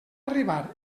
arribar